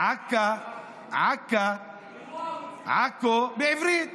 עכא היא עכו, בעברית,